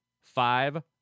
Five